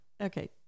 Okay